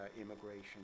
immigration